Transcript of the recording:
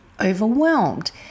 overwhelmed